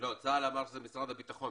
לא, צה"ל אמר שזה משרד הבטחון.